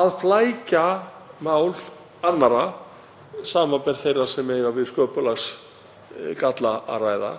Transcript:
að flækja mál annarra, samanber þeirra sem eiga við sköpulagsgalla að stríða.